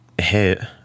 hit